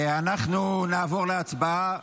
אנחנו נעבור להצבעה.